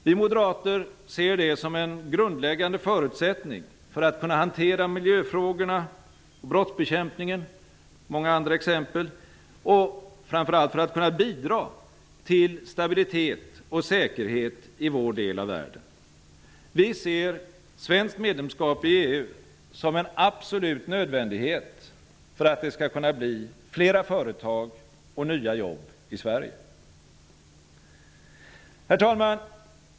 Vi moderater ser det som en grundläggande förutsättning för att kunna hantera miljöfrågorna och brottsbekämpningen -- det finns många andra exempel -- och framför allt för att bidra till stabilitet och säkerhet i vår del av världen. Vi ser svenskt medlemskap i EU som en absolut nödvändighet för att det skall kunna bli flera företag och nya jobb i Sverige. Herr talman!